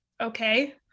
okay